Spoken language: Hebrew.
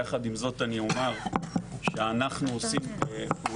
יחד עם זאת אני אומר שאנחנו עושים פעולות